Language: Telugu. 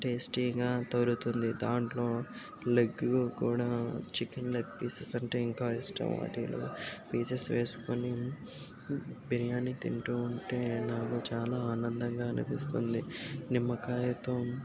టేస్టీగా దొరుతుంది దాంట్లో లెగ్ కూడా చికెన్ లెగ్ పీసెస్ అంటే ఇంకా ఇష్టం వాటిలో పీసెస్ వేసుకుని బిర్యాని తింటూ ఉంటే నాకు చాలా ఆనందంగా అనిపిస్తుంది నిమ్మకాయతో